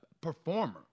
performer